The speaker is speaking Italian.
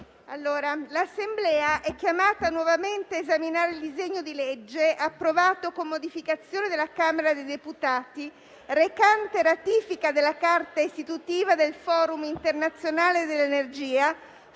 l'Assemblea è chiamata nuovamente a esaminare il disegno di legge, approvato con modificazioni dalla Camera dei deputati, recante ratifica della Carta istitutiva del Forum internazionale dell'Energia,